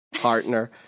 Partner